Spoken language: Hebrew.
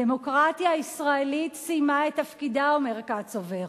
הדמוקרטיה הישראלית סיימה את תפקידה", אומר קצובר,